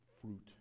fruit